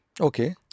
Okay